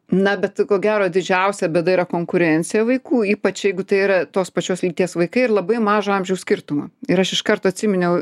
na bet ko gero didžiausia bėda yra konkurencija vaikų ypač jeigu tai yra tos pačios lyties vaikai ir labai mažo amžiaus skirtumo ir aš iš karto atsiminiau